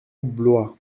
blois